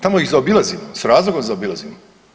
Tamo ih zaobilazimo, s razlogom zaobilazimo.